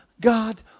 God